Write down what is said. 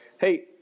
hey